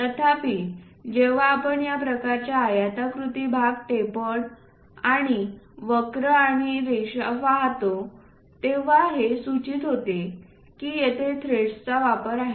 तथापि जेव्हा आपण या प्रकारचे आयताकृती भाग टेपर्ड आणि वक्र आणि रेषा पाहतो तेव्हा हे सूचित होते की येथे थ्रेड्सचा वापर आहे